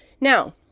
Now